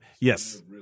yes